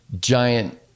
giant